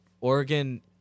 Oregon